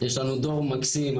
יש לנו דור מקסים,